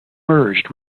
merged